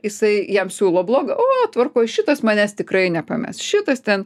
jisai jam siūlo bloga o tvarkoj šitas manęs tikrai nepames šitas ten